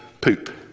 poop